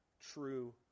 true